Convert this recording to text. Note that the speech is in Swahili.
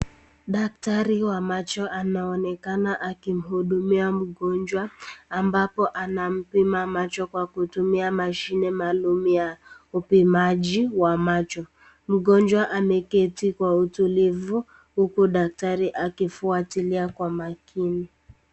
Daktari wa macho anaonekana akimhudumia mgonjwa ambapo anamzima macho kwa kutumia mashini maalum ya upimaji wa macho. Mgonjwa ameketi kwa utulivu huku daktari akifuatulia kwa makini.